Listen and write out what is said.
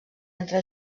entre